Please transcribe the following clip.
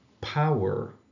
power